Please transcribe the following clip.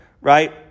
right